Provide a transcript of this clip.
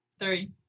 Three